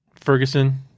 Ferguson